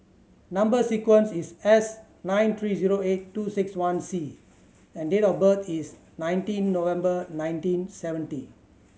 number sequence is S nine three zero eight two six one C and date of birth is nineteen November nineteen seventy